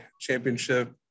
championship